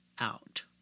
out